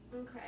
Okay